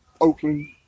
Oakland